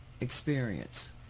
experience